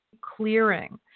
clearing